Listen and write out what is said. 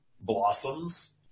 blossoms